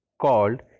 called